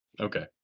Okay